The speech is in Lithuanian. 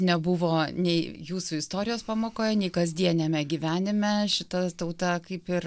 nebuvo nei jūsų istorijos pamokoje nei kasdieniame gyvenime šita tauta kaip ir